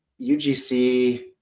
UGC